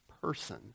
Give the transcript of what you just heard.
person